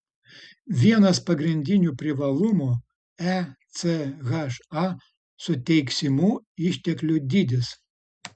vienas pagrindinių privalumų echa suteiksimų išteklių dydis